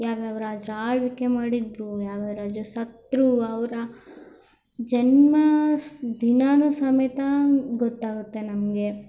ಯಾವ್ಯಾವ ರಾಜ್ರು ಆಳ್ವಿಕೆ ಮಾಡಿದರು ಯಾವ್ಯಾವ ರಾಜ ಸತ್ತರು ಅವರ ಜನ್ಮ ದಿನಾನು ಸಮೇತ ಗೊತ್ತಾಗುತ್ತೆ ನಮಗೆ